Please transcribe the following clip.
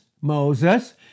Moses